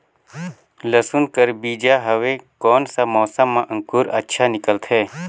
लसुन कर बीजा हवे कोन सा मौसम मां अंकुर अच्छा निकलथे?